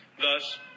Thus